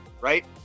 Right